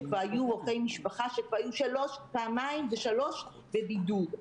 וכבר היו רופאי משפחה שהיו פעמיים ושלוש פעמים בבידוד.